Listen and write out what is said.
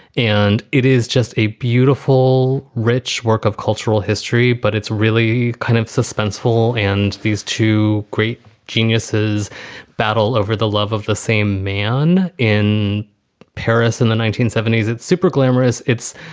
and it is just a beautiful, rich work of cultural history, but it's really kind of suspenseful. and these two great geniuses battle over the love of the same man in paris in the nineteen seventy s. it's super glamorous. it's